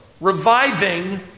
Reviving